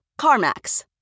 CarMax